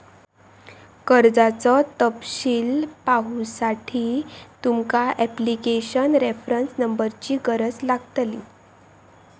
कर्जाचो तपशील पाहुसाठी तुमका ॲप्लीकेशन रेफरंस नंबरची गरज लागतली